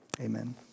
Amen